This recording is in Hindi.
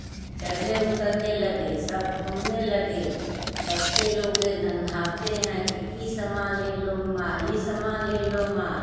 चढ़ने उतरने लगे सब घूमने लगे बच्चे लोग नघाते आते हैं कि यह सामान ले लो अम्मा यह सामान ले लो अम्मा